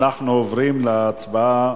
אנחנו עוברים להצבעה